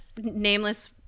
nameless